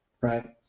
right